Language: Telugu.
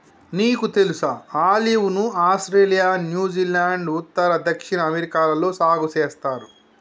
నీకు తెలుసా ఆలివ్ ను ఆస్ట్రేలియా, న్యూజిలాండ్, ఉత్తర, దక్షిణ అమెరికాలలో సాగు సేస్తారు